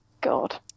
God